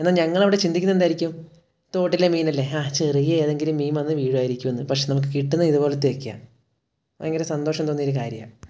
എന്നാൽ ഞങ്ങൾ ഇവിടെ ചിന്തിക്കുന്നത് എന്തായിരിക്കും തോട്ടിലെ മീനല്ലേ ആ ചെറിയ ഏതെങ്കിലും മീൻ വന്നു വീഴുമായിരിക്കുമെന്ന് പക്ഷെ നമുക്ക് കിട്ടുന്നത് ഇതുപോലെത്തെ ഒക്കെയാണ് ഭയങ്കര സന്തോഷം തോന്നിയ ഒരു കാര്യമാണ്